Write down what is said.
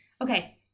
okay